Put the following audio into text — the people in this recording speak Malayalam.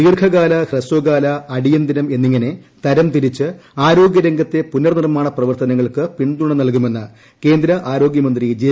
ദീർഘകാല ഹ്രസ്വകാല അട്ടിന്തർം എന്നിങ്ങനെ തരം തിരിച്ച് ആരോഗ്യരംഗത്തെ പുന്നർ നിർമ്മാണ പ്രവർത്തനങ്ങൾക്ക് പിന്തുണ നൽകുമെന്ന് കേന്ദ്ര ആർോഗ്യമന്ത്രി ജെ